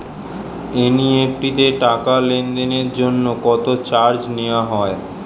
NEFT তে টাকা লেনদেনের জন্য কত চার্জ নেয়া হয়?